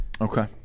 Okay